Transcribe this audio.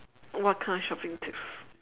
what kind of shopping tips